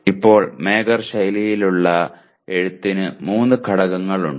ഇപ്പോൾ മാഗർ ശൈലിയിലുള്ള എഴുത്തിനു 3 ഘടകങ്ങൾ ഉണ്ട്